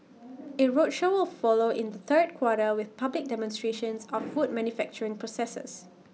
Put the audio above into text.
A roadshow will follow in the third quarter with public demonstrations of food manufacturing processes